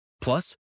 Plus